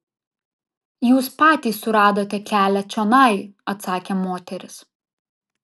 jūs patys suradote kelią čionai atsakė moteris